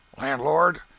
Landlord